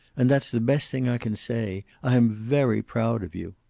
and that's the best thing i can say. i am very proud of you.